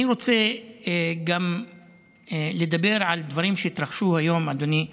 אני רוצה לדבר גם על דברים שהתרחשו היום, אדוני,